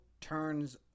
turns